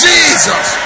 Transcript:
Jesus